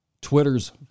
Twitter's